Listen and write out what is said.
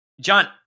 John